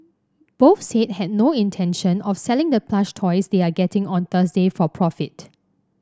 both said had no intention of selling the plush toys they are getting on Thursday for profit